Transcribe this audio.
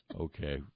Okay